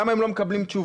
למה הם לא מקבלים תשובה.